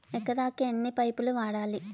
ఎకరాకి ఎన్ని పైపులు వాడాలి?